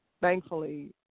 thankfully